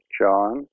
John